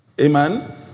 Amen